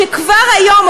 שכבר היום,